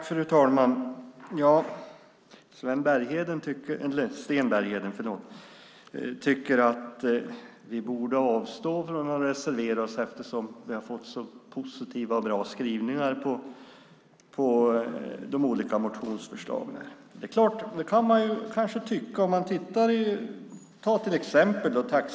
Fru talman! Sten Bergheden tycker att vi borde avstå från att reservera oss eftersom vi har fått så positiva och bra skrivningar när det gäller de olika motionsförslagen. Det kan man kanske tycka. Vi kan ta taxifrågorna som exempel.